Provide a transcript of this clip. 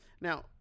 Now